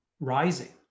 rising